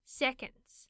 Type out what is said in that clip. seconds